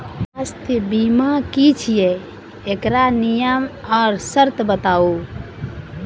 स्वास्थ्य बीमा की छियै? एकरऽ नियम आर सर्त बताऊ?